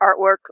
artwork